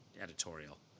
editorial